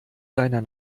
deiner